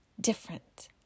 different